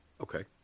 Okay